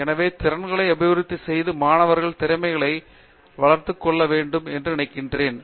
எனவே திறன்களை அபிவிருத்தி செய்து மாணவர்களின் திறமைகளை வளர்த்துக் கொள்ள வேண்டும் என்று நான் நினைக்கிறேன்